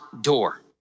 door